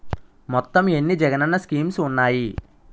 మొత్తం ఎన్ని జగనన్న స్కీమ్స్ ఉన్నాయి?